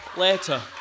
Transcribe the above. Later